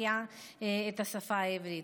מחיה השפה העברית.